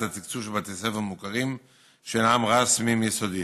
התקצוב של בתי ספר מוכרים שאינם רשמיים יסודיים.